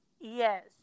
Yes